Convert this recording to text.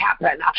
happen